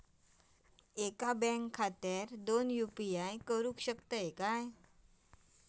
एका बँक खात्यावर दोन यू.पी.आय करुक शकतय काय?